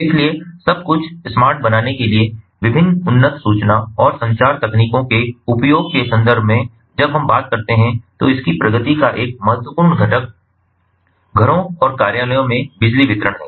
इसलिए सब कुछ स्मार्ट बनाने के लिए विभिन्न उन्नत सूचना और संचार तकनीकों के उपयोग के संदर्भ में जब हम बात करते हैं तो इसकी प्रगति का एक महत्वपूर्ण घटक घरों और कार्यालयों में बिजली वितरण है